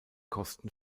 kosten